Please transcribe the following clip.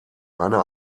einer